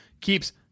keeps